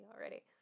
already